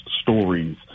stories